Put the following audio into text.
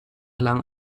lang